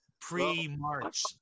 pre-March